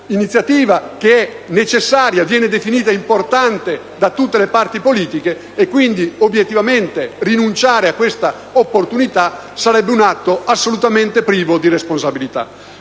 un'iniziativa necessaria, che viene definita importante da tutte le parti politiche. Obiettivamente, rinunciare a questa opportunità sarebbe un atto assolutamente privo di responsabilità.